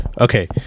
okay